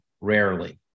Rarely